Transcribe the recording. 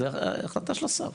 זו החלטה של השר.